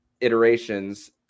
iterations